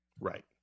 right